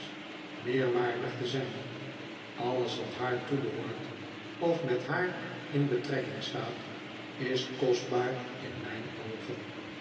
meer waardig te zijn alles wat haar toebehoort of met haar in betrekking staat is kostbaar in mijn oogen